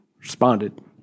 responded